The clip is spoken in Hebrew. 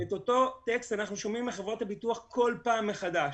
את אותו טקסט אנחנו שומעים מחברות הביטוח כל פעם מחדש.